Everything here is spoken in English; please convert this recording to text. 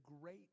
great